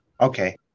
okay